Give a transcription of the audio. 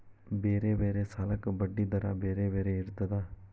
ಬೇರೆ ಬೇರೆ ಸಾಲಕ್ಕ ಬಡ್ಡಿ ದರಾ ಬೇರೆ ಬೇರೆ ಇರ್ತದಾ?